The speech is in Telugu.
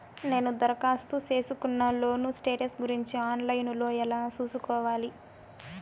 నేను దరఖాస్తు సేసుకున్న లోను స్టేటస్ గురించి ఆన్ లైను లో ఎలా సూసుకోవాలి?